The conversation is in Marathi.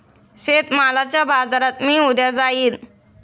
शेतमालाच्या बाजारात मी उद्या जाईन